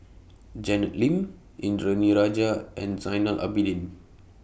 Janet Lim Indranee Rajah and Zainal Abidin